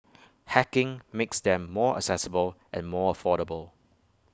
hacking makes them more accessible and more affordable